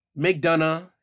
McDonough